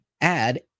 add